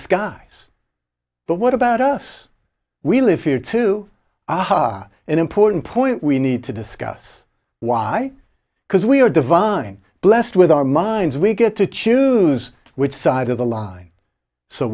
skies but what about us we live here too are an important point we need to discuss why because we are divine blessed with our minds we get to choose which side of the line so